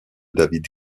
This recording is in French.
david